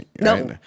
No